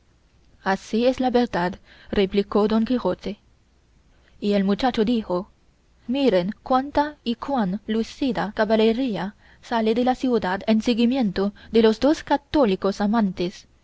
así es la verdad replicó don quijote y el muchacho dijo miren cuánta y cuán lucida caballería sale de la ciudad en siguimiento de los dos católicos amantes